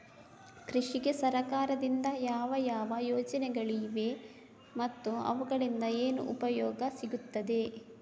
ಕೃಷಿಗೆ ಸರಕಾರದಿಂದ ಯಾವ ಯಾವ ಯೋಜನೆಗಳು ಇವೆ ಮತ್ತು ಅವುಗಳಿಂದ ಏನು ಉಪಯೋಗ ಸಿಗುತ್ತದೆ?